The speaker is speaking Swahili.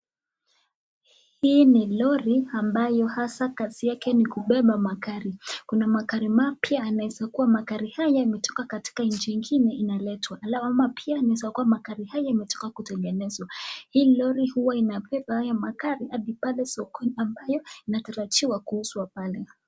Hii ni lori ambao hasa kazi yake ni kupepa magari kuna magari mapya anaweza kuwa magari haya yametoka nji igine inaletwa ,magari mapya inaweza kuwa magari haya yametoka kutengenezawa yanaletwa hii lori huwa inapepa haya magari hadi pale sokoni ambayo inatarajiwa kuuzwa pale.